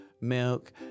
milk